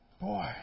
Boy